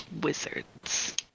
Wizards